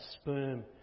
sperm